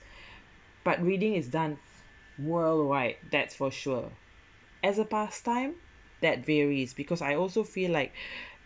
but reading is done worldwide that's for sure as a pastime that varies because I also feel like